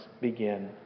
begin